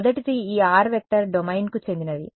మొదటిది ఈ r vector డొమైన్కు చెందినది